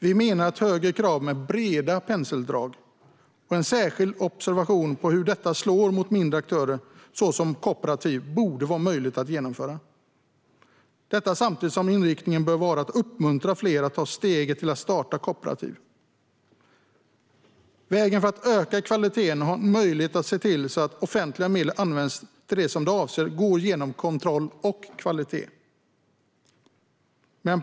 Vi menar att högre krav med breda penseldrag och en särskild observation av hur detta slår mot mindre aktörer såsom kooperativ borde vara möjligt att genomföra, detta samtidigt som inriktningen bör vara att uppmuntra fler att ta steget att starta kooperativ. Vägen för att öka kvaliteten och ha en möjlighet att se till att offentliga medel används till det som de avser går genom kontroll och kvalitetskrav.